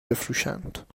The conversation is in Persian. بفروشند